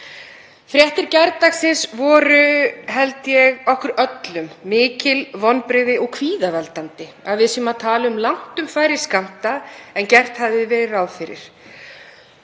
Fréttir gærdagsins voru, held ég, okkur öllum mikil vonbrigði og kvíðavaldandi, að við séum að tala um langtum færri skammta en gert hafði verið ráð fyrir.